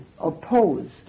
opposed